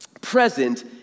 present